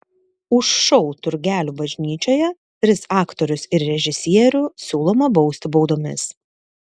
už šou turgelių bažnyčioje tris aktorius ir režisierių siūloma bausti baudomis